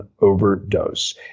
overdose